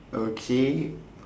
okay